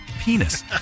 penis